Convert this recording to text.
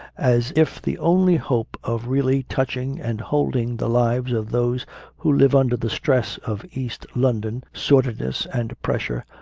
as if the only hope of really touching and holding the lives of those who live under the stress of east london sordidness and pressure,